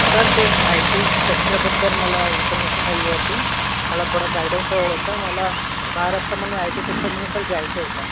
sir ते I T सेक्टरबद्दल मला इन्फर्मेशन हवी होती मला थोडं गायडन्स हवं होतं मला महाराष्ट्रामधले आय टी सेक्टरमधले सर जायचं होतं